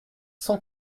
cent